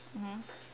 mmhmm